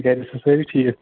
گَرِ ٲسوٕ سٲرِی ٹھیٖک